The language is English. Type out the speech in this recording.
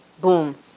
boom